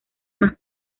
más